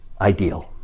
ideal